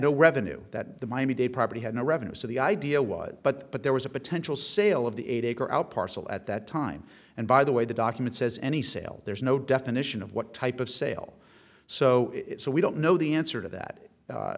no revenue that the miami dade property had no revenue so the idea was but but there was a potential sale of the eight acre out parcel at that time and by the way the document says any sale there's no definition of what type of sale so so we don't know the answer to that